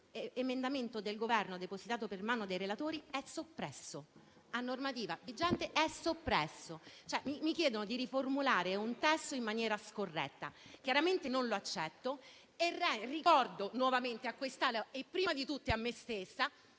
emendamento del Governo, depositato per mano dei relatori, è stato soppresso: a normativa vigente, è soppresso. Mi chiedono, cioè, di riformulare un testo in maniera scorretta. Chiaramente, non lo accetto e ricordo nuovamente a quest'Assemblea e, prima di tutti, a me stessa